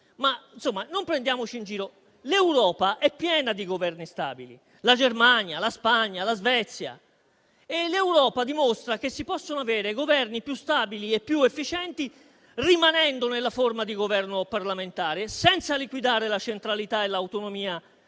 Ma, insomma, non prendiamoci in giro. L'Europa è piena di Governi stabili: la Germania, la Spagna, la Svezia. E l'Europa dimostra che si possono avere Governi più stabili e più efficienti rimanendo nella forma di governo parlamentare, senza liquidare la centralità e l'autonomia